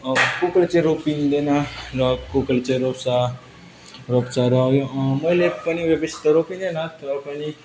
को कोले चाहिँ रोपिँदैन र को कोले चाहिँ रोप्छ रोप्छ र उयो मैले पनि उयो बेसी त रोपिन्दैन र पनि